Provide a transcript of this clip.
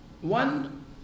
one